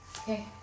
Okay